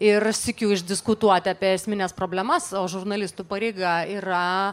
ir sykiu išdiskutuoti apie esmines problemas o žurnalistų pareiga yra